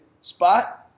Spot